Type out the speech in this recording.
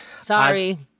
Sorry